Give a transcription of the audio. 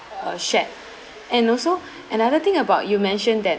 uh shared and also another thing about you mentioned that